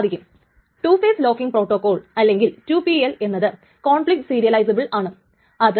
അപ്പോൾ time stamp ordering protocol ഈ ഒരു ടൈം സ്റ്റാമ്പിനെ ആണ് ഉപയോഗിക്കുന്നത്